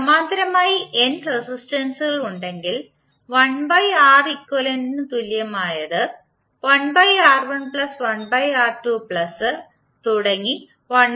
സമാന്തരമായി n റെസിസ്റ്റൻസുകളുണ്ടെങ്കിൽ 1Req ന് തുല്യമായത്1R11R2